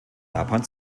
japan